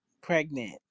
pregnant